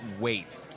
wait